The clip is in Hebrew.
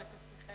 חבר הכנסת מיכאל